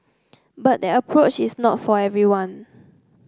but that approach is not for everyone